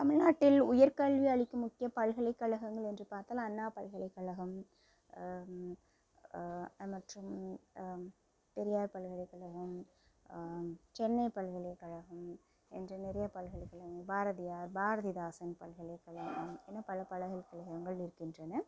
தமிழ்நாட்டில் உயர் கல்வி அளிக்கும் முக்கியப் பல்கலைக்கழகங்கள் என்று பார்த்தால் அண்ணா பல்கலைக்கழகம் மற்றும் பெரியார் பல்கலைக்கழகம் சென்னை பல்கலைக்கழகம் என்று நிறைய பல்கலைகழகம் பாரதியார் பாரதிதாசன் பல்கலைக்கழகம் என பல பல்கலைக்கழகங்கள் இருக்கின்றன